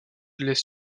laissent